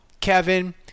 Kevin